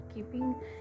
Keeping